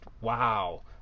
wow